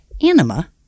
anima